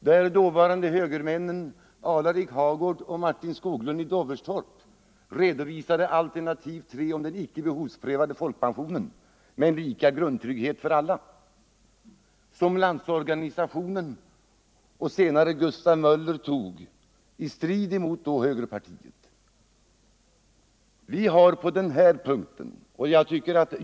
Där redovisade högermännen Alarik Hagård och Martin Skoglund i Doverstorp alternativ 3 om den icke behovsprövade folkpensionen med lika grundtrygghet för alla, som Landsorganisationen och senare Gustav Möller tog efter strid med högerpartiet.